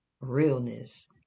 realness